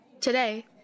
Today